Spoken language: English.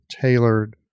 tailored